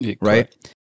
right